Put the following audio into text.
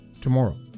tomorrow